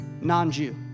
non-Jew